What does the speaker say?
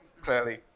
clearly